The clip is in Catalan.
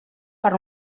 per